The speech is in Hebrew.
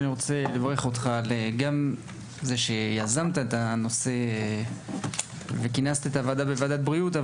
אני רוצה לברך אותך על שיזמת את הנושא ושכינסת את ועדת הבריאות.